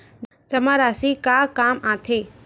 जमा राशि का काम आथे?